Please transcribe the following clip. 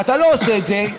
אתה לא עושה את זה,